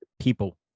people